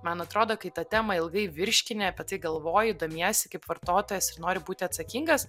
man atrodo kai tą temą ilgai virškini apie tai galvoji domiesi kaip vartotojas ir nori būti atsakingas